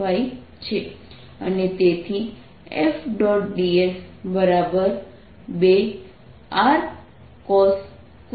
dS2Rcos2ϕ3Rsin2ϕRdϕdz છે જે R2 2cos2ϕ 3sin2ϕ dϕdz બરાબર બને છે